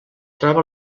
troba